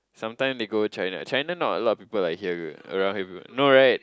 sometime they go China China not a lot of people like here around here no right